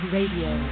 Radio